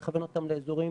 לכוון אותם לאזורים